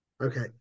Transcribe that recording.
Okay